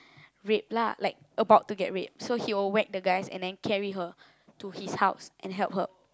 raped lah like about to get raped so he will whack the guys and then carry her to his house and help her